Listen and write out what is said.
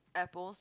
apples